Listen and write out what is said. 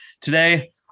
today